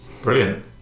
Brilliant